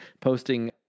posting